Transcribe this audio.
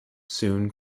soon